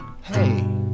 Hey